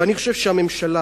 ואני חושב שהממשלה,